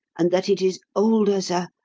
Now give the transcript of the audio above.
and that it is older, sir,